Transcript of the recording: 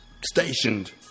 stationed